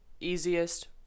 easiest